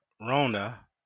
Rona